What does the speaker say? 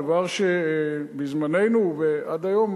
דבר שבזמננו ועד היום,